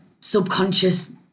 subconscious